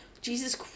jesus